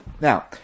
Now